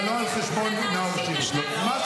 אתה מייעץ לי להגיש קובלנה אישית על גפני?